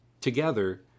Together